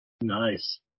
Nice